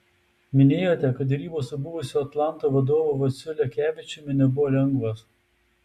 minėjote kad derybos su buvusiu atlanto vadovu vaciu lekevičiumi nebuvo lengvos